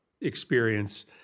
experience